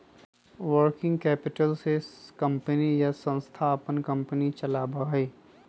working capital से company या संस्था अपन कंपनी चलावा हई